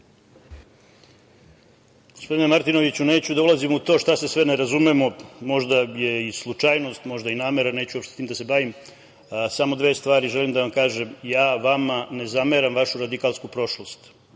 Martinoviću, neću da ulazim u to šta se sve ne razumemo. Možda je i slučajnost, možda je i namera, neću uopšte s tim da se bavim. Samo dve stvari želim da vam kažem. Ja vama ne zameram vašu radikalsku prošlost.